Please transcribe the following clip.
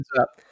up